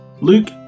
Luke